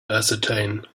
ascertain